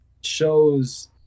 shows